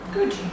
Good